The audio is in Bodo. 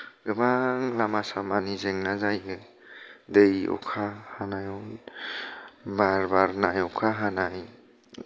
गोबां लामा सामानि जेंना जायो दै अखा हानायाव बार बारनाय अखा हानाय